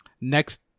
Next